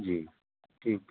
جی ٹھیک